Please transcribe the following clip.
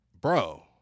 Bro